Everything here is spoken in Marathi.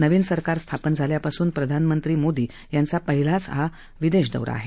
नवीन सरकार स्थापन झाल्यापासून प्रधानमंत्री मोदी यांचा पहिलाच प्रदेश दौरा आहे